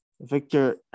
Victor